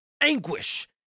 anguish